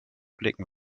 blicken